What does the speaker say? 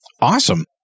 Awesome